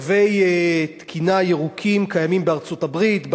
תווי תקינה ירוקים קיימים בארצות-הברית,